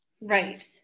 Right